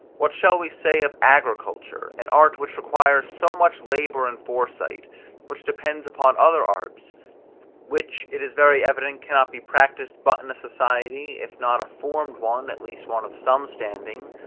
what shall we say of agriculture, an art which requires so much labour and foresight which depends upon other arts which, it is very evident, cannot be practised but in a society, if not a formed one, at least one of some standing,